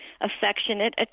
affectionate